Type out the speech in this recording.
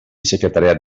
secretariat